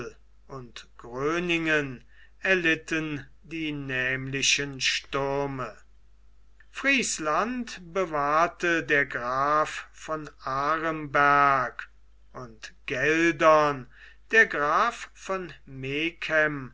und gröningen erlitten die nämlichen stürme friesland bewahrte der graf von aremberg und geldern der graf von megen